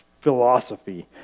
philosophy